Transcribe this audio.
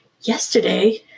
yesterday